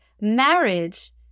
marriage